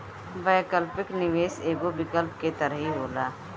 वैकल्पिक निवेश एगो विकल्प के तरही होला